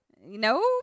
Nope